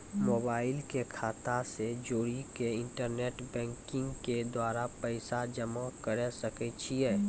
Mobile के खाता से जोड़ी के इंटरनेट बैंकिंग के द्वारा पैसा जमा करे सकय छियै?